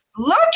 Look